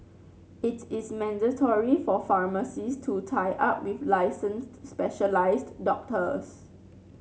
it is mandatory for pharmacies to tie up with licensed specialised doctors